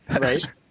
Right